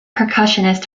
percussionist